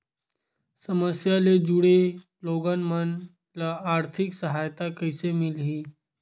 समस्या ले जुड़े लोगन मन ल आर्थिक सहायता कइसे मिलही?